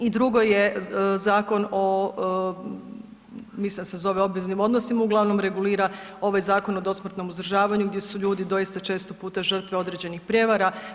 I drugo je zakon, mislim da se zove o obveznim odnosima, uglavnom regulira ovaj Zakon o dosmrtnom uzdržavanju gdje su ljudi doista često puta žrtve određenih prijevara.